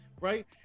right